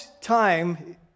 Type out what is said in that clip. time